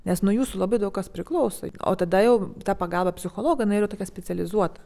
nes nuo jūsų labai daug kas priklauso o tada jau ta pagalba psichologo na yra tokia specializuota